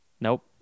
Nope